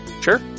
Sure